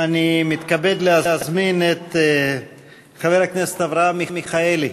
אני מתכבד להזמין את חבר הכנסת אברהם מיכאלי